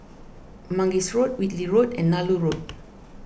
Mangis Road Whitley Road and Nallur Road